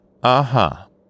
Aha